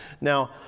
Now